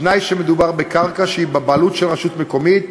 ובתנאי שמדובר בקרקע שהיא בבעלות של רשות מקומית,